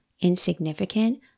insignificant